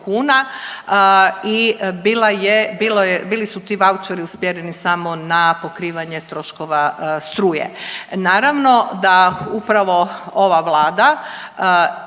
i bili su ti vaučeri usmjereni samo na pokrivanje troškova struje. Naravno da upravo ova Vlada